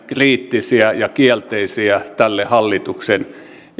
kriittisiä ja kielteisiä tälle hallituksen